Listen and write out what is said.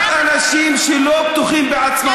רק אנשים שלא בטוחים בעצמם,